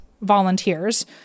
volunteers